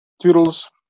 toodles